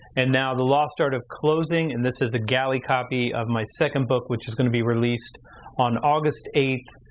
and now the lost art of closing, and this is the galley copy of my second book which is gonna be released on august eighth,